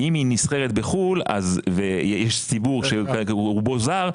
אם היא נסחרת בחוץ לארץ ויש ציבור שרובו זר,